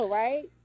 right